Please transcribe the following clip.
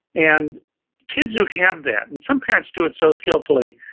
and kids who have that, and some parents do it so skillfully,